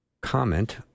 comment